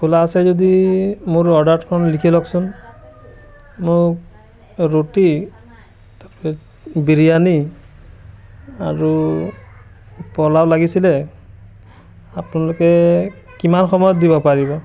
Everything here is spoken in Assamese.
খোলা আছে যদি মোৰ অৰ্ডাৰখন লিখি লওকচোন মোক ৰুটি বিৰিয়ানী আৰু পোলাও লাগিছিলে আপোনালোকে কিমান সময়ত দিব পাৰিব